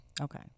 Okay